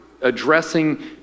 addressing